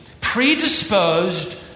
predisposed